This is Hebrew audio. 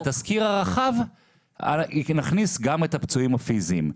בתזכיר הרחב נכניס גם את הפצועים הפיסיים,